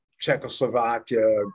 Czechoslovakia